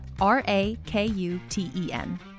R-A-K-U-T-E-N